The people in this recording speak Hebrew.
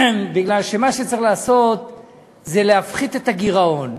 בגלל שמה שצריך לעשות זה להפחית את הגירעון.